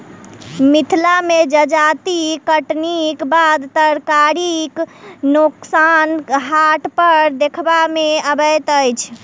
मिथिला मे जजाति कटनीक बाद तरकारीक नोकसान हाट पर देखबा मे अबैत अछि